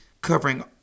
covering